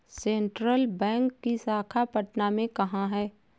Central bank की शाखा पटना में कहाँ है?